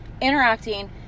interacting